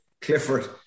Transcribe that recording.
Clifford